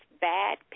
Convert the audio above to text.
bad